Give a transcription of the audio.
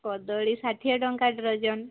କଦଳୀ ଷାଠିଏ ଟଙ୍କା ଡଜନ୍